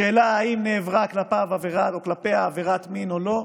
השאלה אם נעברה כלפיו או כלפיה עבירת מין או לא,